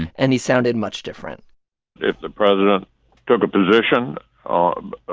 and he sounded much different if the president took a position on